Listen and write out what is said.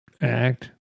act